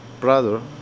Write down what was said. brother